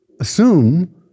assume